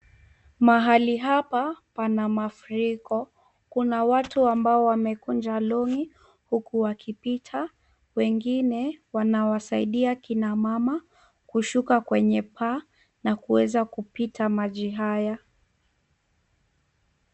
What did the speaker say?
Mahali hapa pana mafuriko. Kuna watu ambao wamekunja longi huku wakipita, wengine wanawasaidia kina mama kushuka kwenye paa na kuweza kupita maji haya.